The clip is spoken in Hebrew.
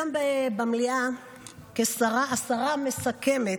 היום במליאה השרה המסכמת,